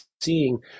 seeing